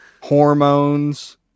hormones